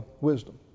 wisdom